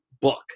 book